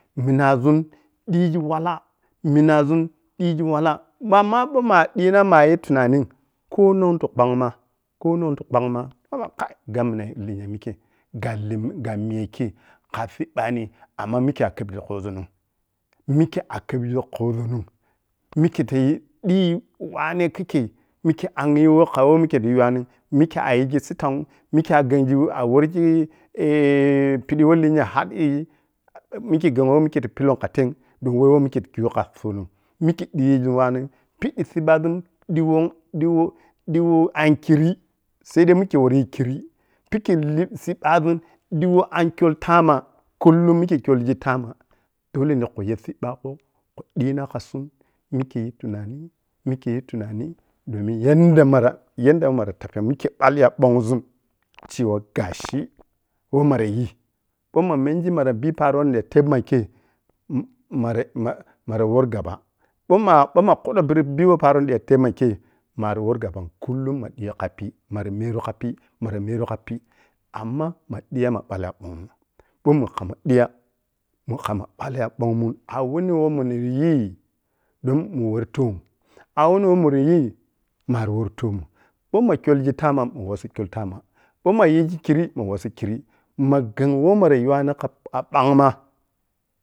Minazun digi wala-mina zun digi wal, mah ma ɓou mah diina mah yi tunanan konong tah kɓang mah-konong tah kɓang mah, nemo kai gabi minani ma mikkei mah yamina lenga mikkei gab lim-gabmiya kei kha siɓɓani amma mikke a’khebgi khuzun’m, mikkei akubgi khuzul m mikkei ayigi sittau, mikke a’ghengi-a’worgii pidi weh linga hadigi mikke ghengho woh mikkei kha pillun kha ktei dan weh woh mikke kha khun khadzun mikke diizun wana piƌƌi siɓɓazun diwon-diwou-diwou ahkiri saidai mikkei worri yi kirri piki li siɓɓazun ƌiwo a’nkyol ta-ma kulle mikkei kyolgi ta-ma dole ne khun yeh siɓɓagho khun diina kha sun mikkei yi tuna zi-mikkei yi tumani domin yanda mara-yanda wi mara tapiya mikke ɓalli ya ɓongzun cewa gashi woh mara yi ɓou mah menji mara bii paro nidah tebma ei mmara mara-mara wori gaba ɓou-ma ɓou mah kuddou birri bii paro nidirah tebma kei mari wori gaba’m kullum ma diya khaya mah pig, mari meru kha piy-mara meru kha piy amma mah diya mah ɓalli ya ɓongmun ɓou mun kham mah diya-mun khammah ɓalli ya a’wuni woh muniyii, don mun wori toom a’wuni woh muryii mari wori toomn ɓoumah leyolgi ta-ma-mawossi kyol ta-ma ɓou ah yigi kirri ma wossi kirri mah gheng weh ma yuwani kha-kha ɓanghma